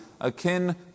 akin